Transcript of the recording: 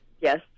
Yes